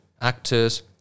actors